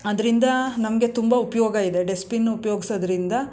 ಅದರಿಂದ ನಮಗೆ ತುಂಬ ಉಪಯೋಗ ಇದೆ ಡಸ್ಟ್ಬಿನ್ ಉಪಯೋಗ್ಸೋದ್ರಿಂದ